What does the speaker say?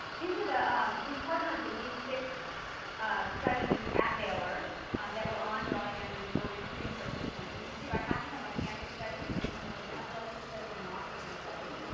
these are the um w partnered with these six studies at baylor that were ongoing and were recruiting participants. and you can see, about half of them are cancer studies and then there was an epilepsy study and an autism study.